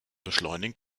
beschleunigen